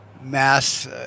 mass